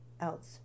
else